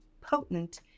potent